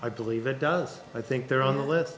i believe it does i think they're on the list